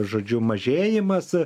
žodžiu mažėjimas